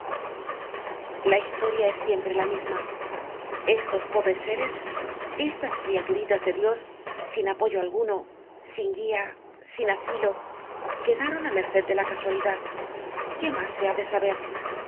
la historia es siempre la misma estos pobres séres estas criaturitas de dios sin apoyo alguno sin guia sin asilo quedaron á merced de la casualidad qué mas se ha de saber